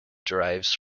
derives